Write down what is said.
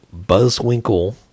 Buzzwinkle